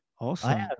awesome